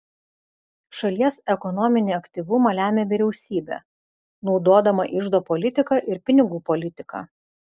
šalies ekonominį aktyvumą lemia vyriausybė naudodama iždo politiką ir pinigų politiką